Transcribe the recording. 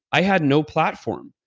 i had no platform.